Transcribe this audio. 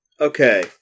Okay